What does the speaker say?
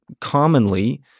commonly